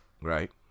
right